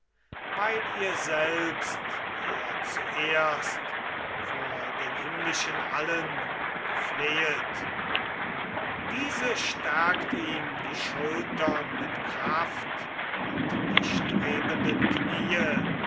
weil ihr selbst er zuerst vor den himmlischen allen geflehet diese stärkt ihm die schultern mit kraft und die strebenden kniee